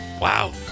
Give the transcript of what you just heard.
Wow